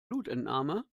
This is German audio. blutentnahme